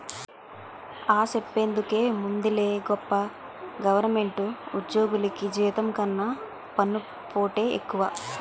ఆ, సెప్పేందుకేముందిలే గొప్ప గవరమెంటు ఉజ్జోగులికి జీతం కన్నా పన్నుపోటే ఎక్కువ